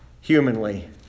humanly